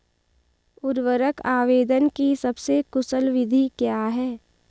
उर्वरक आवेदन की सबसे कुशल विधि क्या है?